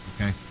okay